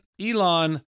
Elon